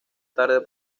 tarde